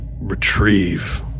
retrieve